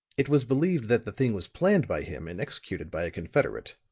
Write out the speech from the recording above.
it was believed that the thing was planned by him and executed by a confederate.